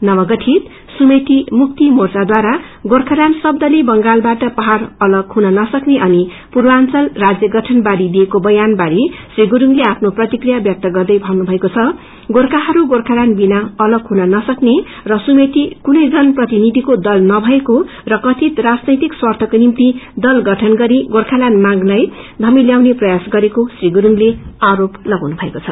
नवगठित सुमेटी मुक्ति मोंचा द्वारा गोर्खालयाएड शब्दले बंगालबाट पहाड़ अलग हुन नसक्ने अनि पुक्रचंल राज्य गठन बारे दिएको बयान बारे श्री गुरूङले आफ्नो प्रतिक्रिया व्याक्त गर्दै भन्नुभएको छ गोर्खाहरू गोर्खाल्याण्ड विना अलग हनु नस्कने र सुमेटि कुनै जन प्रतिनिधिको दल नभएको र कथित राजनैतिक स्वार्थको निम्ति दल गठन गरि गोर्खाल्याण्ड मांगलाई यमिल्याउने प्रयास गरेको श्री गुस्डले आरोप लगाउनु भएको छ